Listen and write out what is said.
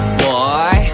boy